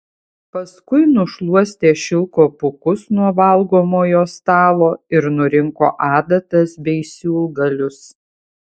paskui nušluostė šilko pūkus nuo valgomojo stalo ir nurinko adatas bei siūlgalius